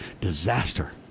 disaster